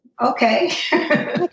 Okay